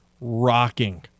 rocking